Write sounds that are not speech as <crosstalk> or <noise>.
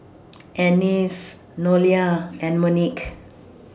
<noise> Annice Nolia and Monique